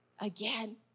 again